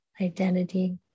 identity